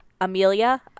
Amelia